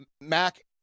Mac